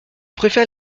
préfère